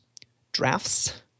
D-R-A-F-T-S